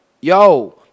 yo